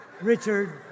Richard